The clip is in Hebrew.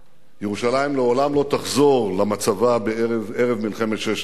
ירושלים לעולם לא תחזור למצבה ערב מלחמת ששת הימים,